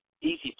easy